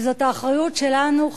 וזאת האחריות שלנו,